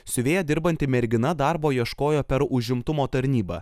siuvėja dirbanti mergina darbo ieškojo per užimtumo tarnybą